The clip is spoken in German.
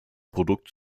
produkt